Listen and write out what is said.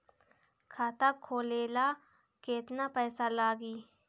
खाता खोले ला केतना पइसा लागी?